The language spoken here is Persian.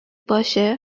باشه